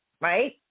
right